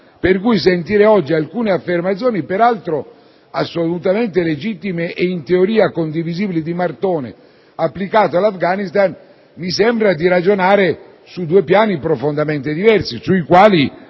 Per questo, sentendo oggi alcune affermazioni, peraltro assolutamente legittime e in teoria condivisibili del senatore Martone, applicate all'Afghanistan, mi sembra di ragionare su due piani profondamente diversi.